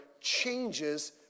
changes